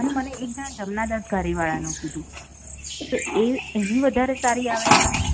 અને મને એક જણે જમણાદાસ ઘારીવાળાનું કીધું તો એ એની વધારે સારી આવે છે